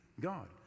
God